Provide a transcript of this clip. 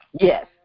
Yes